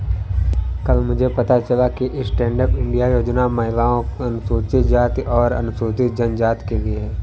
कल मुझे पता चला कि स्टैंडअप इंडिया योजना महिलाओं, अनुसूचित जाति और अनुसूचित जनजाति के लिए है